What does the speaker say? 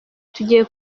tugiye